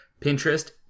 Pinterest